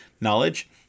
knowledge